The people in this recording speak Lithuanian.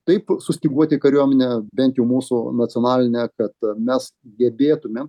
taip sustyguoti kariuomenę bent jau mūsų nacionalinę kad mes gebėtume